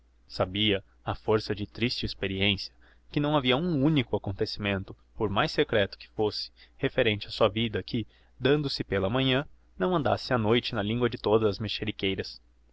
sabia á força de triste experiencia que não havia um unico acontecimento por mais secreto que fosse referente á sua vida que dando-se pela manhã não andasse á noite na lingua de todas as mexeriqueiras